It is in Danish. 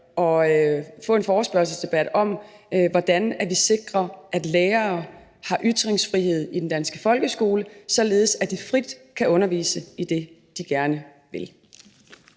den her forespørgselsdebat handler jo om, hvordan vi sikrer, at lærere har ytringsfrihed i den danske folkeskole, således at de frit kan undervise i det, de gerne vil.